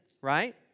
right